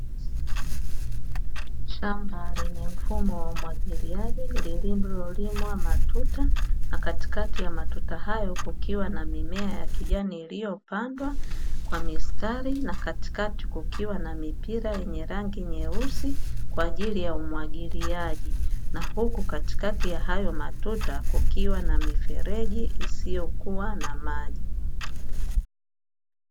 Shamba lenye mfumo wa umwagiliaji lililolimwa matuta na katikati ya matuta hayo kukiwa na mimea ya kijani iliyopandwa kwa mistari na katikati kukiwa na mipira yenye rangi nyeusi, kwa ajili ya umwagiliaji na huku katikati ya hayo matuta kukiwa na mifereji isiyokuwa na maji.